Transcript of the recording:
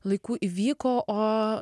laiku įvyko o